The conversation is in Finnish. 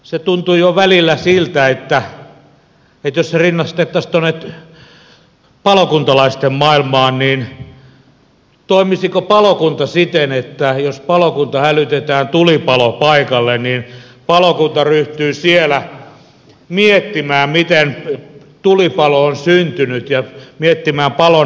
se tuntui jo välillä siltä että jos rinnastettaisiin tuonne palokuntalaisten maailmaan niin toimisiko palokunta siten että jos palokunta hälytetään tulipalopaikalle niin palokunta ryhtyy siellä miettimään miten tulipalo on syntynyt ja miettimään palon alkusyitä